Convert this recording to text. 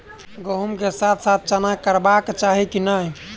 गहुम केँ साथ साथ चना करबाक चाहि की नै?